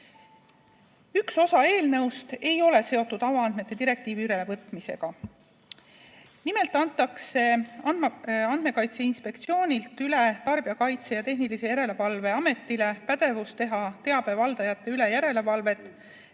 Üks osa eelnõust ei ole seotud avaandmete direktiivi ülevõtmisega. Nimelt antakse Andmekaitse Inspektsioonilt Tarbijakaitse ja Tehnilise Järelevalve Ametile üle pädevus teha teabevaldajate üle järelevalvet